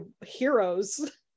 heroes